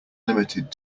limited